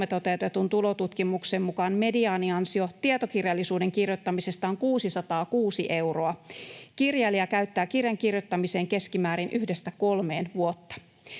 toteutetun tulotutkimuksen mukaan mediaaniansio tietokirjallisuuden kirjoittamisesta on 606 euroa. Kirjailija käyttää kirjan kirjoittamiseen keskimäärin yhdestä kolmeen vuotta.